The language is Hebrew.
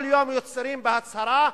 כל יום יוצאים בהצהרה: